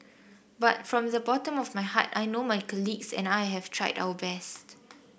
but from the bottom of my heart I know my colleagues and I have tried our best